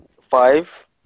Five